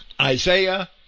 Isaiah